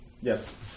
yes